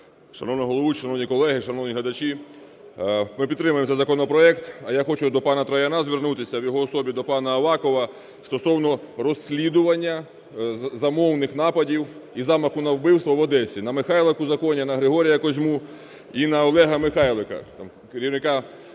Шановна головуюча, шановні колеги, шановні глядачі! Ми підтримаємо цей законопроект. А я хочу до пана Трояна звернутися, в його особі до пана Авакова стосовно розслідування замовних нападів і замаху на вбивство в Одесі на Михайла Кузаконя, на Григорія Козьму і на Олега Михайлика, керівника "Сили